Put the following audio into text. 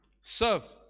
Serve